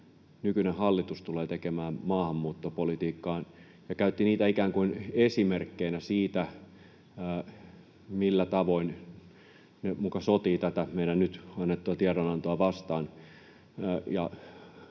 nykyinen hallitus tulee tekemään maahanmuuttopolitiikkaan, ja käytti niitä ikään kuin esimerkkeinä siitä, millä tavoin ne muka sotivat tätä meidän nyt annettua tie- donantoamme vastaan